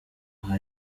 aha